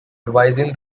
advising